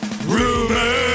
Rumor